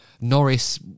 Norris